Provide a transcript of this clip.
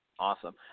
Awesome